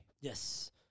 Yes